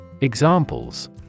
Examples